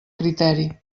criteri